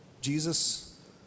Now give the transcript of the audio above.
Jesus